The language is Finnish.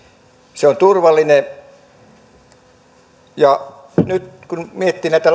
se on turvallinen ja nyt kun miettii näitä